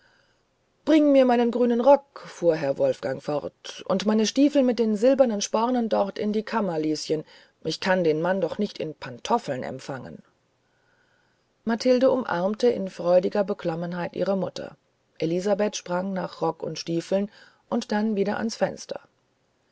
bring mir meinen grünen rock fuhr herr wolfgang fort und meine stiefel mit den silbernen spornen dort in die kammer lieschen ich kann den mann doch nicht in pantoffeln empfangen mathilde umarmte in freudiger beklommenheit ihre mutter elisabeth sprang nach rock und stiefeln und dann wieder ans fenster